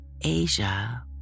Asia